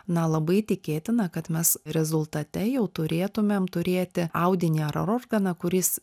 na labai tikėtina kad mes rezultate jau turėtumėm turėti audinį ar organą kuris